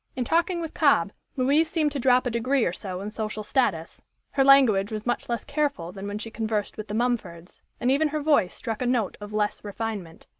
in talking with cobb, louise seemed to drop a degree or so in social status her language was much less careful than when she conversed with the mumfords, and even her voice struck a note of less refinement.